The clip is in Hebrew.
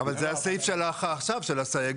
אבל זה הסעיף של עכשיו, של הסייגים.